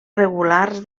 regulars